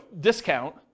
discount